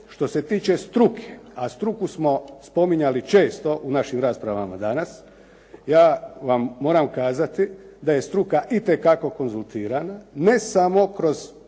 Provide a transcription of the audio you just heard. što se tiče struke, a struku smo spominjali često u našim raspravama danas. Ja vam moram kazati da je struka itekako konzultirana, ne samo kroz